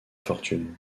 fortune